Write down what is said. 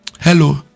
Hello